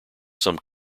some